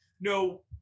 no